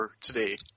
today